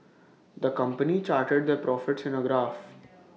the company charted their profits in A graph